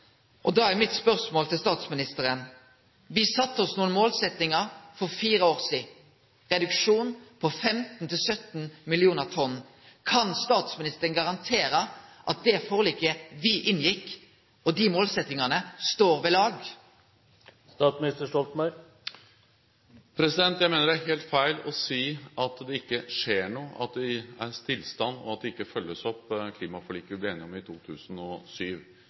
Da er spørsmålet mitt til statsministeren: Me sette oss nokre mål for fire år sidan, reduksjon på 15 til 17 millionar tonn. Kan statsministeren garantere at det forliket me inngjekk, dei målsetjingane, står ved lag? Jeg mener at det er helt feil å si at det ikke skjer noe, at det er stillstand, og at ikke klimaforliket vi ble enige om i 2007,